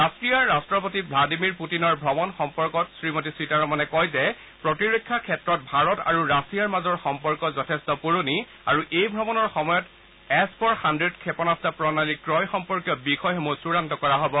ৰাছিয়াৰ ৰাট্টপতি ভাদিমিৰ পূটিনৰ ভ্ৰমণ সন্দৰ্ভত শ্ৰীমতী সীতাৰমণে কয় যে প্ৰতিৰক্ষা ক্ষেত্ৰত ভাৰত আৰু ৰাছিয়াৰ মাজৰ সম্পৰ্ক যথেষ্ট পুৰণি আৰু এই ভ্ৰমণৰ সময়ত এছ ফৰ হাণ্ডেড ক্ষেপণাস্ত্ৰ প্ৰণালী ক্ৰয় সম্পৰ্কীয় বিষয়সমূহ চূড়ান্ত কৰা হব